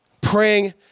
praying